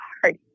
hard